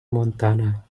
montana